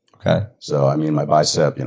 okay. so, i mean, my bicep, you know